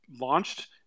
launched